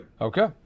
Okay